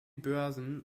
börsen